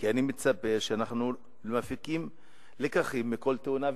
כי אני מצפה שאנחנו נפיק לקחים מכל תאונה ותאונה.